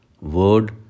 word